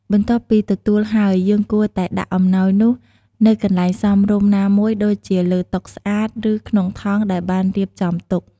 បន្ទាប់ពីទទួលហើយ យើងគួរតែដាក់អំណោយនោះនៅកន្លែងសមរម្យ ណាមួយដូចជាលើតុស្អាត ឬក្នុងថង់ដែលបានរៀបចំទុក។